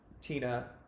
Tina